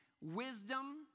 wisdom